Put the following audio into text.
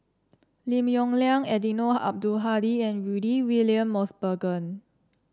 Lim Yong Liang Eddino Abdul Hadi and Rudy William Mosbergen